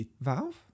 valve